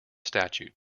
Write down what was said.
statute